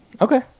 Okay